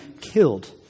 killed